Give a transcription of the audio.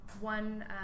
one